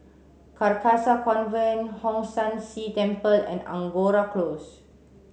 Carcasa Convent Hong San See Temple and Angora Close